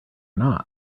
not